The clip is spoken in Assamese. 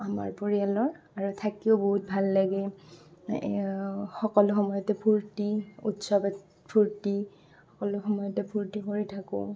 আমাৰ পৰিয়ালৰ আৰু থাকিও বহুত ভাল লাগে সকলো সময়তে ফূৰ্তি উৎসৱত ফূৰ্তি সকলো সময়তে ফূৰ্তি কৰি থাকোঁ